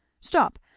Stop